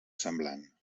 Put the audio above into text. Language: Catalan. semblant